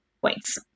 points